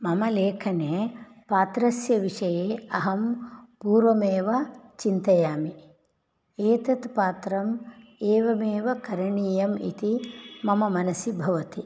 मम लेखने पात्रस्य विषये अहं पूर्वमेव चिन्तयामि एतत् पात्रम् एवमेव करणीयम् इति मम मनसि भवति